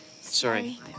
sorry